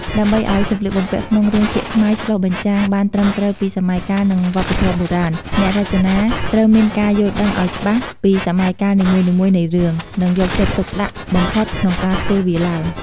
ដើម្បីឱ្យសម្លៀកបំពាក់ក្នុងរឿងភាគខ្មែរឆ្លុះបញ្ចាំងបានត្រឹមត្រូវពីសម័យកាល និងវប្បធម៌បុរាណ អ្នករចនាត្រូវមានការយល់ដឹងអោយច្បាស់ពីសម័យកាលនីមួយៗនៃរឿង នឹងយកចិត្តទុកដាក់បំផុតក្នុងការធ្វើវាឡើង ។